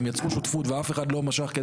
אם הם יצרו שותפות ואף אחד לא הרוויח,